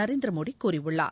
நரேந்திர மோடி கூறியுள்ளார்